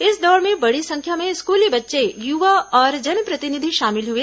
इस दौड़ में बड़ी संख्या में स्कूली बच्चे युवा और जनप्रतिनिधि शामिल हुए